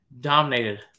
Dominated